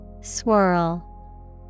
Swirl